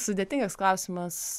sudėtingas klausimas